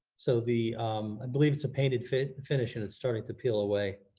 so the i believe it's a painted finish finish and it's starting to peel away.